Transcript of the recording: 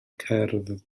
cerdd